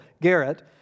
Garrett